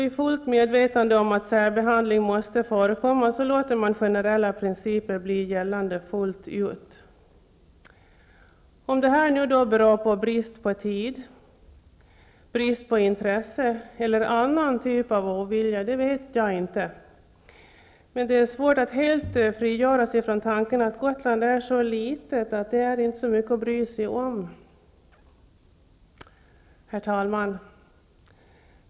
I fullt medvetande om att särbehandling måste förekomma låter man generella principer bli gällande fullt ut. Om detta beror på brist på tid, brist på intresse eller annan typ av ovilja vet jag inte -- men det är svårt att helt frigöra sig från tanken att Gotland är så litet att det inte är mycket att bry sig om. Herr talman!